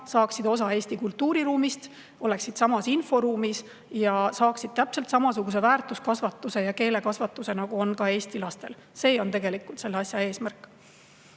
saaksid osa Eesti kultuuriruumist, oleksid samas inforuumis ja saaksid täpselt samasuguse väärtuskasvatuse ja keelekasvatuse, nagu on eesti lastel. See on tegelikult kõige eesmärk.